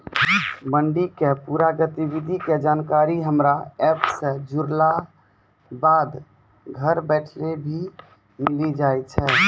मंडी के पूरा गतिविधि के जानकारी हमरा एप सॅ जुड़ला बाद घर बैठले भी मिलि जाय छै